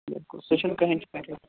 بِلکُل سُہ چھُنہٕ کٕہٕنٛۍ تہِ میٹَر